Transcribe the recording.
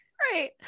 right